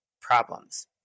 problems